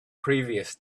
previous